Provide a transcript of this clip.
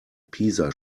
pisa